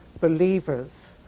believers